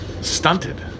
stunted